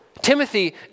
Timothy